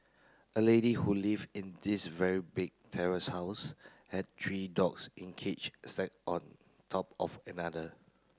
a lady who live in this very big terrace house had three dogs in cage stacked on top of another